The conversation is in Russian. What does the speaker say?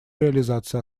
реализации